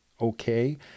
okay